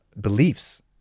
beliefs